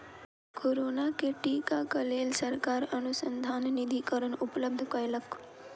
corona के टीका क लेल सरकार अनुसन्धान निधिकरण उपलब्ध कयलक